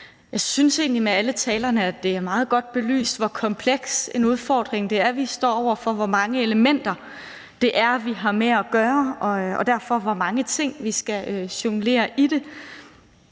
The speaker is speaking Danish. Jeg synes egentlig, at vi med alle talerne har fået meget godt belyst, hvor kompleks en udfordring vi står overfor, hvor mange elementer vi har med at gøre, og hvor mange ting vi derfor skal jonglere med.